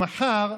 למחר,